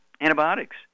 antibiotics